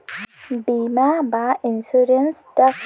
বিমা বা ইন্সুরেন্স টা কি?